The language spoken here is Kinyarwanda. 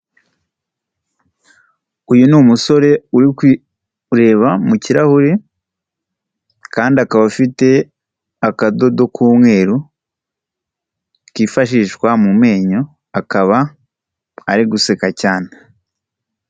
Uyu ni umusore uri kwireba mu kirahure kandi akaba afite akadodo k'umweru kifashishwa mu menyo, akaba ari guseka cyane.